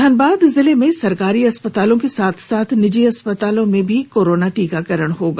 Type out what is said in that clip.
धनबाद जिले में सरकारी अस्पतालों के साथ साथ निजी अस्पतालों में भी कोरोना टीकाकरण होगा